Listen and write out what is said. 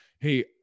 hey